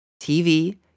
TV